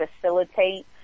facilitate